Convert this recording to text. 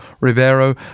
Rivero